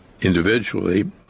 individually